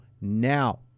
now